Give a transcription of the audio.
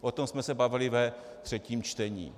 O tom jsme se bavili ve třetím čtení.